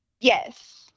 Yes